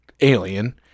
alien